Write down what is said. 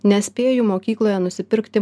nespėju mokykloje nusipirkti